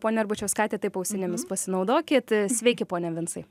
ponia arbačiauskaite taip ausinėmis pasinaudokit sveiki pone vincai